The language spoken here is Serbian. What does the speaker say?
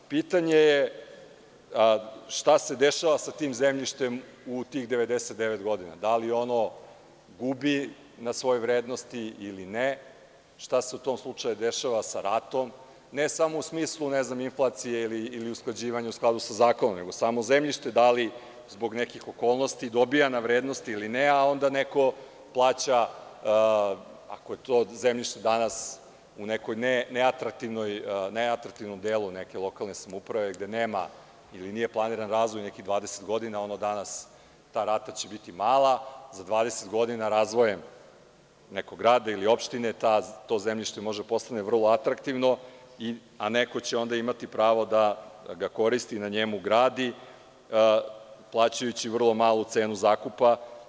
Pitanje je šta se dešava sa tim zemljištem u tih 99 godina, da li ono gubi na svojoj vrednosti ili ne, šta se u tom slučaju dešava sa ratom, ne samo u smislu, ne znam, inflacije ili usklađivanja u skladu sa zakonom, nego samo zemljište da li zbog nekih okolnosti dobija na vrednosti ili ne, a onda neko plaća, ako je to zemljište danas u nekom neatraktivnom delu neke lokalne samouprave gde nema ili nije planiran razvoj nekih 20 godina, onda danas će ta rata biti mala, za 20 godina, razvojem nekog grada ili opštine, to zemljište može da postane vrlo atraktivno, a neko će onda imati pravo ga koristi i na njemu gradi, plaćajući vrlo malu cenu zakupa?